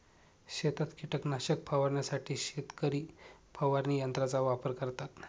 शेतात कीटकनाशक फवारण्यासाठी शेतकरी फवारणी यंत्राचा वापर करतात